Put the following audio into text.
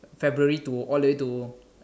February to all the way to